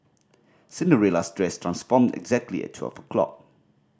Cinderella's dress transformed exactly at twelve o'clock